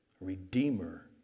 redeemer